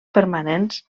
permanents